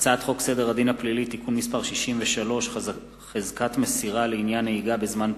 הצעת חוק זכויות הסטודנט (תיקון מס' 2) (יום הסטודנט הלאומי),